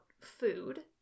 food